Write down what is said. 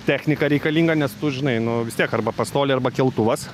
technika reikalinga nes tu žinai nu vis tiek arba pastoliai arba keltuvas